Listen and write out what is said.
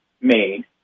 made